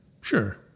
Sure